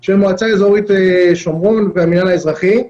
של מועצה אזורית שומרון והמינהל האזרחי.